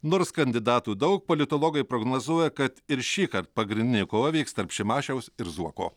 nors kandidatų daug politologai prognozuoja kad ir šįkart pagrindinė kova vyks tarp šimašiaus ir zuoko